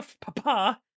Papa